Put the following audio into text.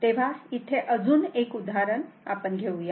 तेव्हा इथे अजून एक उदाहरण घेऊया